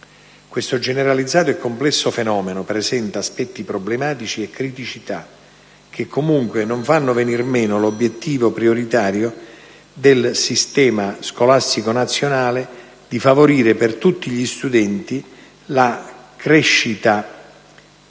Questo generalizzato e complesso fenomeno presenta aspetti problematici e criticità, che comunque non fanno venir meno l'obiettivo prioritario del sistema scolastico nazionale di favorire per tutti gli studenti la crescita delle